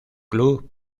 club